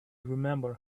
remember